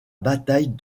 bataille